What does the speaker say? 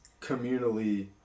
communally